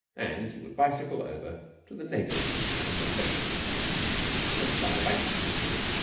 and he would bicycle over to the neighboring town of lexingham and start a bank-account with it.